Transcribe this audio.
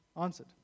answered